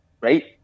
Right